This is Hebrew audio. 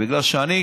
כי אני,